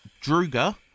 Druga